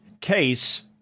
case